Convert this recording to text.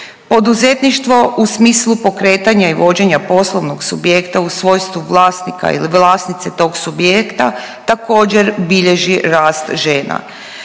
Poduzetništvo u smislu pokretanja i vođenja poslovnog subjekta u svojstvu vlasnika ili vlasnice tog subjekta također bilježi rast žena.